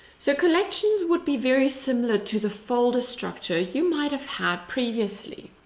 so collections would be very similar to the folder structure you might have had previously.